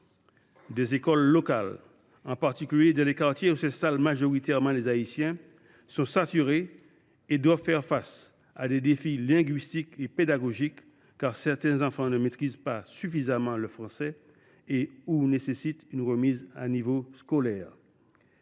les écoles locales, en particulier dans les quartiers où s’installent majoritairement les Haïtiens, sont saturées et doivent faire face à des défis linguistiques et pédagogiques, certains enfants ne maîtrisant pas suffisamment le français ou nécessitant une remise à niveau scolaire.